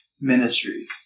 ministry